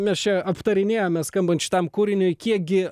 mes čia aptarinėjome skambant šitam kūriniui kiek gi